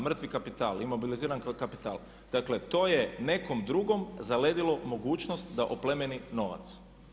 Mrtvi kapital imobiliziran kao kapital dakle to je nekom drugom zaledilo mogućnost da oplemeni novac.